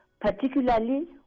particularly